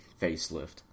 facelift